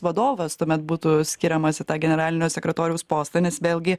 vadovas tuomet būtų skiriamas į tą generalinio sekretoriaus postą nes vėlgi